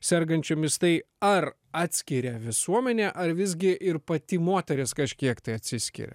sergančiomis tai ar atskiria visuomenė ar visgi ir pati moteris kažkiek tai atsiskiria